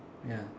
ya